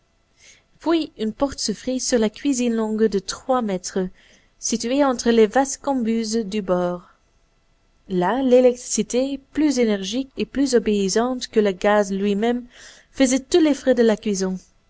puis une porte s'ouvrit sur la cuisine longue de trois mètres située entre les vastes cambuses du bord là l'électricité plus énergique et plus obéissante que le gaz lui-même faisait tous les frais de la cuisson